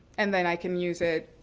and then i can use it,